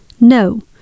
no